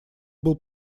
был